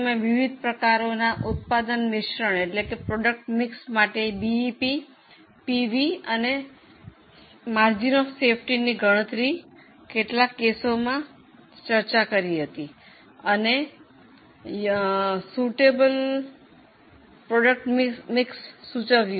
અમે વિવિધ પ્રકારો ના ઉત્પાદન મિશ્રણ માટે બીઇપી પીવી અને સલામતી નો ગાળોની ગણતરી કેટલાક કેસોમાં ચર્ચા કરી અને યોગ્ય ઉત્પાદન મિશ્રણ સૂચવ્યું